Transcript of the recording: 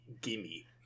Gimme